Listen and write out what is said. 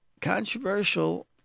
controversial